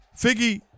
Figgy